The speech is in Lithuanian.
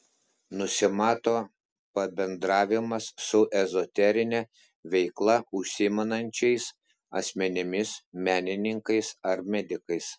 nusimato pabendravimas su ezoterine veikla užsiimančiais asmenimis menininkais ar medikais